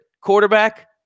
quarterback